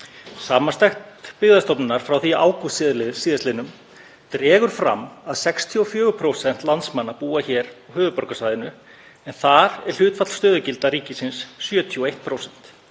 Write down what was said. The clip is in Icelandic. Samantekt Byggðastofnunar frá því í ágúst síðastliðnum dregur fram að 64% landsmanna búa hér á höfuðborgarsvæðinu en þar er hlutfall stöðugilda ríkisins 71%.